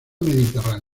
mediterráneo